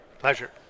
pleasure